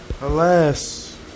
Alas